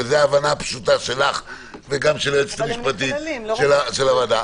וזו ההבנה הפשוטה שלך וגם של היועצת המשפטית של הוועדה,